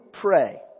pray